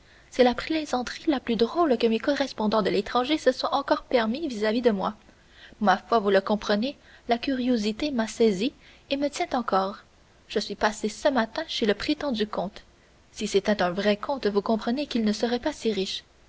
c'est la plaisanterie la plus drôle que mes correspondants de l'étranger se soient encore permise vis-à-vis de moi ma foi vous le comprenez la curiosité m'a saisi et me tient encore je suis passé ce matin chez le prétendu comte si c'était un vrai comte vous comprenez qu'il ne serait pas si riche